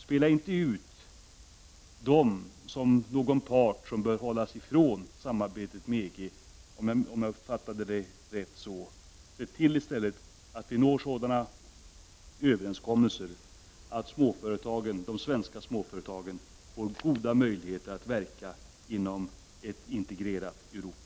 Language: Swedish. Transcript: Spela inte ut småföretagen som en part som bör hållas ifrån samarbetet med EG - om jag fattade Per-Ola Eriksson rätt var detta just vad han sade. Se i stället till att vi når sådana överenskommelser att de svenska småföretagen får goda möjligheter att verka inom ett integrerat Europa.